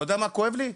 אתה יודע מה כואב לי?